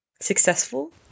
successful